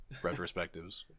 retrospectives